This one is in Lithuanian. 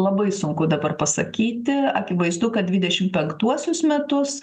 labai sunku dabar pasakyti akivaizdu kad dvidešim penktuosius metus